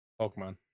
Pokemon